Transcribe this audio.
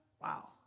Wow